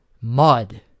mud